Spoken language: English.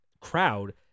crowd